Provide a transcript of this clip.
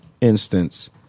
instance